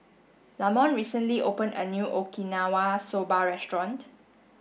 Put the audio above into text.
Lamont recently opened a new Okinawa Soba restaurant